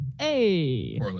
Hey